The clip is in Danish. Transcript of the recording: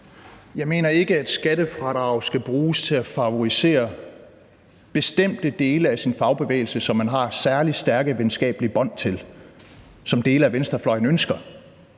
Jeg mener ikke, at skattefradraget skal bruges til at favorisere bestemte dele af fagbevægelsen, som man har særlig stærke venskabelige bånd til, som dele af venstrefløjen ønsker.